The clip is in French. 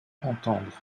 entendre